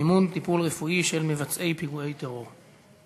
מימון טיפול רפואי למבצעי פיגועי טרור.